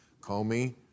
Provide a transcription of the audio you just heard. Comey